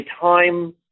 time